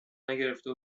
نگرفته